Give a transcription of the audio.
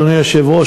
אדוני היושב-ראש,